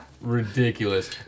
Ridiculous